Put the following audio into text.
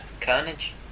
Carnage